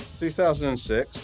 2006